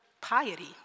piety